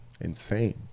insane